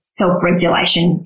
self-regulation